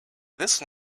this